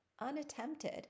unattempted